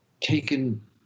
taken